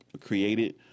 created